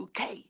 uk